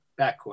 backcourt